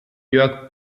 jörg